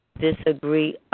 disagree